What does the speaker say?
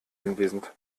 anwesend